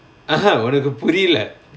(uh huh) ஒனக்கு புரில:onakku purila